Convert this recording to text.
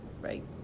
right